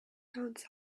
bounce